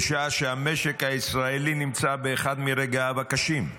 בשעה שהמשק הישראלי נמצא באחד מרגעיו הקשים,